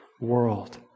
world